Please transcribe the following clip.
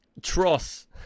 Tross